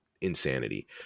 insanity